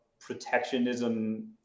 protectionism